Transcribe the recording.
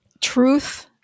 truth